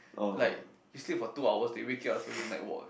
like you sleep for two hours they wake you up for you to night walk eh